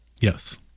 yes